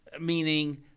meaning